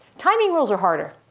timing rules are harder.